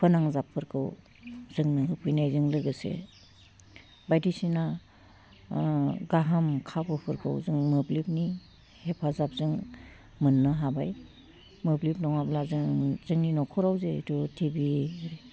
फोनांजाबफोरखौ जोंनो होफैनायजों लोगोसे बायदिसिना गाहाम खाबुफोरखौ जों मोब्लिबनि हेफाजाबजों मोन्नो हाबाय मोब्लिब नङाब्ला जों जोंनि नखराव जिहेथु टिभि